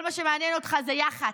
כל מה שמעניין אותך זה יח"צ,